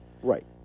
Right